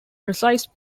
precise